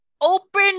Open